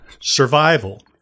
Survival